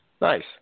Nice